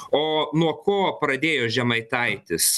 o nuo ko pradėjo žemaitaitis